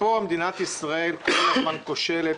פה מדינת ישראל כל הזמן כושלת,